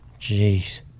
Jeez